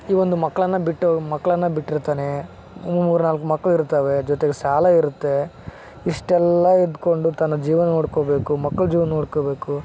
ಈ ಒಂದು ಮಕ್ಕಳನ್ನ ಬಿಟ್ಟು ಮಕ್ಕಳನ್ನ ಬಿಟ್ಟಿರ್ತಾನೆ ಮೂರು ನಾಲ್ಕು ಮಕ್ಳು ಇರ್ತಾವೆ ಜೊತೆಗೆ ಸಾಲ ಇರುತ್ತೆ ಇಷ್ಟೆಲ್ಲ ಇದ್ದುಕೊಂಡು ತನ್ನ ಜೀವನ ನೋಡ್ಕೊಬೇಕು ಮಕ್ಳು ಜೀವನ ನೋಡ್ಕೊಬೇಕು